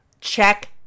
check